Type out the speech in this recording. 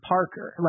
Parker